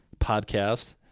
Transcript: podcast